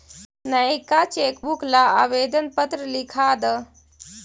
नएका चेकबुक ला आवेदन पत्र लिखा द